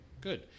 good